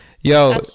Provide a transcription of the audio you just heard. Yo